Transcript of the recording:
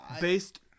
based